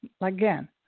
again